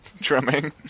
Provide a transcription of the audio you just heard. drumming